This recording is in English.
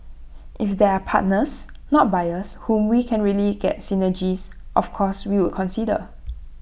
if there are partners not buyers whom we can really get synergies of course we would consider